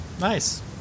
Nice